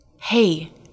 Hey